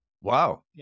Wow